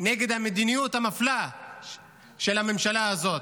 נגד המדיניות המפלה של הממשלה הזאת.